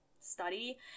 study